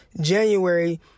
January